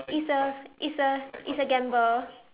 it's a it's a it's a gamble